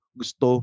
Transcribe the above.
gusto